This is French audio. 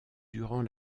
durant